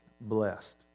blessed